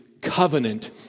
covenant